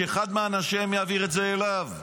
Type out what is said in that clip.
שאחד מאנשיהם יעביר את זה אליו.